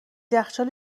یخچال